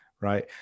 Right